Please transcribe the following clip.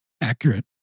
accurate